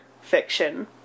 fiction